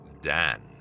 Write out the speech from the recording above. Dan